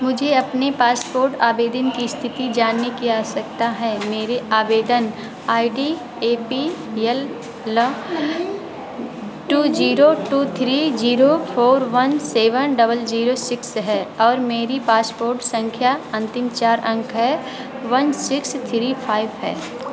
मुझे अपने पासपोर्ट आवेदन की स्थिति जानने की आवश्यकता है मेरी आवेदन I D A P L L two zero two three zero four one seven double zero six है और मेरी पासपोर्ट संख्या अंतिम चार अंक हैं वन सिक्स थ्री फाइव हैं